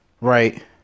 right